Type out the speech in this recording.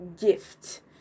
gift